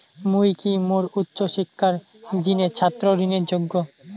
মুই কি মোর উচ্চ শিক্ষার জিনে ছাত্র ঋণের যোগ্য?